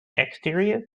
exteriors